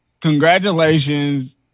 Congratulations